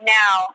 now